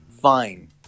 fine